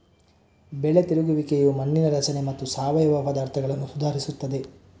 ಬೆಳೆ ತಿರುಗುವಿಕೆಯು ಮಣ್ಣಿನ ರಚನೆ ಮತ್ತು ಸಾವಯವ ಪದಾರ್ಥಗಳನ್ನು ಸುಧಾರಿಸುತ್ತದೆ